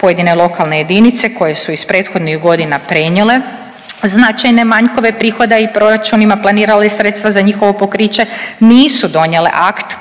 Pojedine lokalne jedinice koje su iz prethodnih godina prenijele značajne manjkove prihoda i proračunima planirali sredstva za njihovo pokriće nisu donijele akt